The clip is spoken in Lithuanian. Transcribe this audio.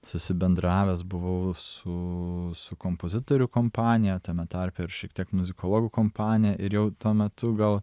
susibendravęs buvau su su kompozitorių kompanija tame tarpe ir šiek tiek muzikologų kompanija ir jau tuo metu gal